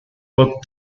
look